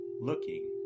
looking